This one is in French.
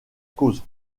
cause